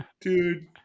dude